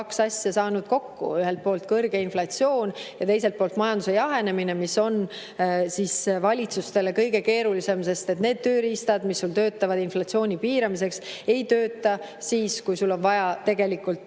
kaks asja saanud kokku: ühelt poolt kõrge inflatsioon ja teiselt poolt majanduse jahenemine. See on valitsustele kõige keerulisem, sest need tööriistad, mis töötavad inflatsiooni piiramiseks, ei tööta siis, kui on vaja tegelikult